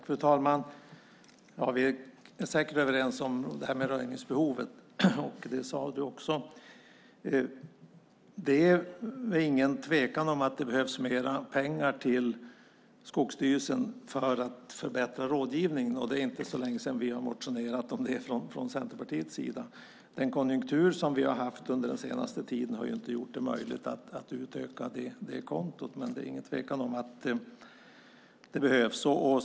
Fru talman! Vi är säkert överens om detta med röjningsbehovet, som du också sade, Ann-Kristine Johansson. Det är ingen tvekan om att det behövs mer pengar till Skogsstyrelsen för att förbättra rådgivningen. Det är inte så länge sedan som vi motionerade om det från Centerpartiets sida. Den senaste tidens konjunktur har inte gjort det möjligt att utöka det kontot, men det är ingen tvekan om att det behövs.